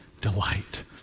delight